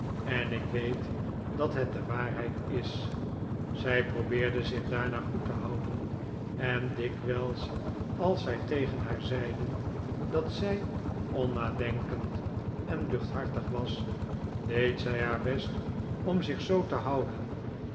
en ik weet dat het de waarheid is zij probeerde zich daarna goed te houden en dikwijls als zij tegen haar zeiden dat zij onnadenkend en luchthartig was deed zij haar best om zich zoo te houden